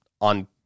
on